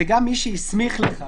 זה גם מי שהוא הסמיך לכך.